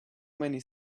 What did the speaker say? many